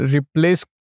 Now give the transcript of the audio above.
Replace